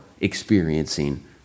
experiencing